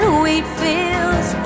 wheatfields